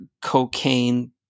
cocaine